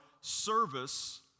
Service